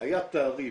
היה תעריף,